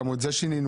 גם את זה שינינו.